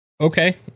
okay